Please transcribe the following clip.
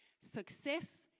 Success